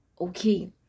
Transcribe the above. okay